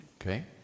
Okay